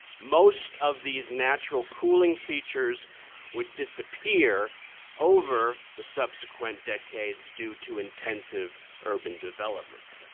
most of these natural cooling features would disappear over the subsequent decades due to intensive urban development.